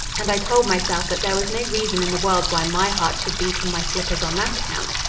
and i told myself that there was no reason in the world why my heart should beat in my slippers on that account.